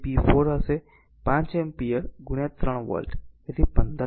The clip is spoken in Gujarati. તેથી તે p 4 હશે 5 એમ્પીયર 3 વોલ્ટ તેથી 15 વોટ